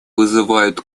вызывает